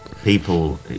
People